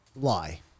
lie